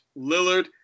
Lillard